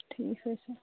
ٹھیٖک حَظ چھُ